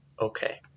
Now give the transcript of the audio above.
Okay